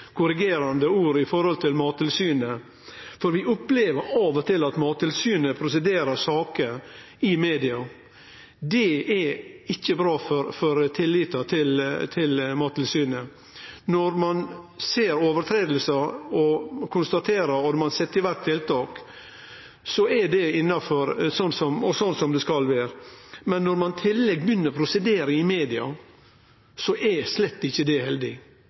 korrigerande ord med omsyn til Mattilsynet, for vi opplever av og til at Mattilsynet prosederer saker i media, og det er ikkje bra for tillita til Mattilsynet. Når ein konstaterer brot og set i verk tiltak, er det slik det skal vere, men når ein i tillegg begynner å prosedere i media, er det slett ikkje heldig, og det